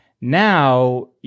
Now